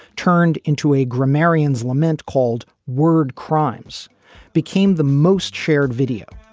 turned into a grammarians lament called word crimes became the most shared video,